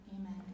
amen